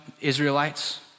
Israelites